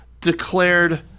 declared